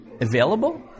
available